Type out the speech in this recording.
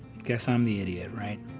guess i'm the idiot, right?